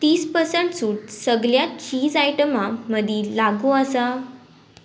तीस पर्संट सूट सगळ्या चीज आयटमां मदीं लागू आसा